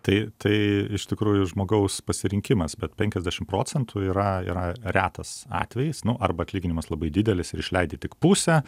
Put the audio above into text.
tai tai iš tikrųjų žmogaus pasirinkimas bet penkiasdešim procentų yra yra retas atvejis nu arba atlyginimas labai didelis ir išleidi tik pusę